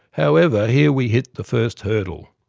however, here we hit the first hurdle.